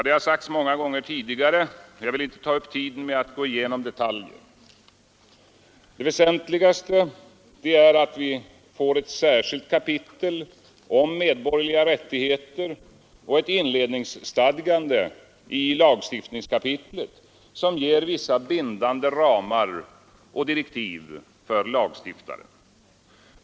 Det har sagts många gånger förut, och jag vill inta ta upp tiden med att gå igenom detaljer. Det väsentligaste är att vi får ett särskilt kapitel om medborgerliga rättigheter och ett inledningsstadgande i lagstiftningskapitlet som ger vissa bindande ramar och direktiv för lagstiftaren.